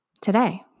today